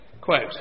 Quote